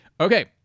Okay